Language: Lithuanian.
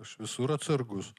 aš visur atsargus